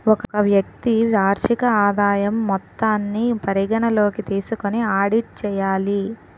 ఒక వ్యక్తి వార్షిక ఆదాయం మొత్తాన్ని పరిగణలోకి తీసుకొని ఆడిట్ చేయాలి